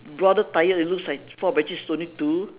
broader tyre it looks like four but actually it's only two